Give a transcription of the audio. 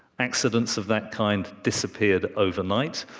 accidents of that kind disappeared overnight,